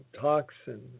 toxin